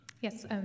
Yes